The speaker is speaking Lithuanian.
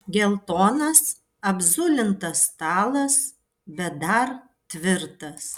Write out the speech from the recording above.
geltonas apzulintas stalas bet dar tvirtas